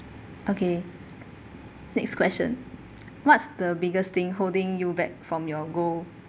okay next question what's the biggest thing holding you back from your goal